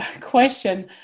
question